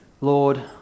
Lord